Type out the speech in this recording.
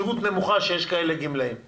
שיש גמלאים כאלה,